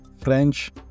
French